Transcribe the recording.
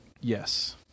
yes